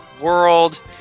world